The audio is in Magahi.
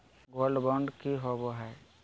गोल्ड बॉन्ड की होबो है?